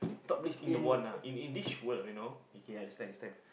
top risk in the one ah in in this world you know okay I understand understand